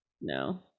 No